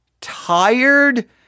tired